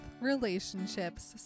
relationships